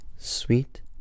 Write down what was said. Sweet